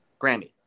Grammy